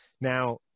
Now